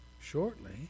shortly